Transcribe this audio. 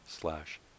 slash